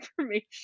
information